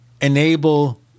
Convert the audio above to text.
enable